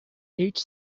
each